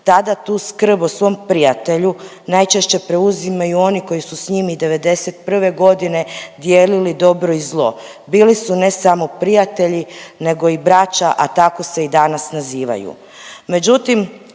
tada tu skrb o svom prijatelju najčešće preuzimaju oni koji su s njim i '91.g. dijelili dobro i zlo. Bili su ne samo prijatelji nego i braća, a tako se i danas nazivaju. Međutim,